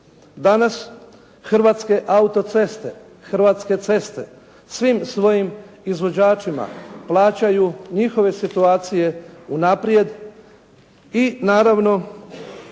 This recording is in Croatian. Danas Hrvatske autoceste, Hrvatske ceste svim svojim izvođačima plaćaju njihove situacije unaprijed i naravno